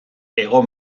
hego